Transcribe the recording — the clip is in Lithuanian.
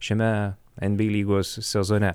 šiame nba lygos sezone